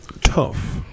tough